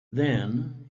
then